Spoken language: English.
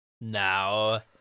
Now